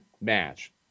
match